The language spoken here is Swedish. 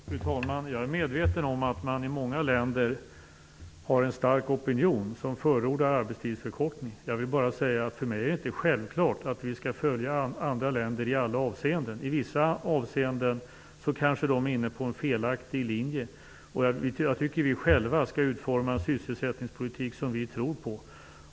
Fru talman! Jag är medveten om att det i många länder finns en stark opinion som förordar en arbetstidsförkortning. För mig är det inte självklart att vi skall följa andra länder i alla avseenden. I vissa avseenden är man kanske inne på en felaktig linje. Jag tycker att vi själva skall utforma en sysselsättningspolitik som vi tror på.